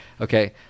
Okay